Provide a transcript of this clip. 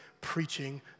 preaching